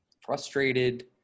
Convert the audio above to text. frustrated